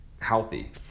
healthy